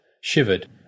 shivered